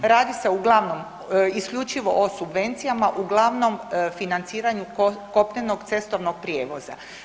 Radi se uglavnom isključivo o subvencijama, uglavnom financiranju kopnenog cestovnog prijevoza.